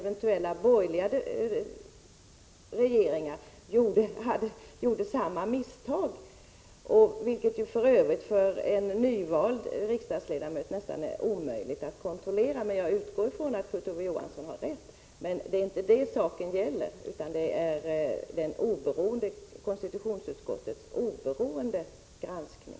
Det är för övrigt för en nyvald riksdagsledamot nästan omöjligt att kontrollera. Jag utgår från att Kurt Ove Johansson har rätt i det, men det är inte det saken gäller; nu gäller det konstitutionsutskottets oberoende granskning.